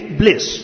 bliss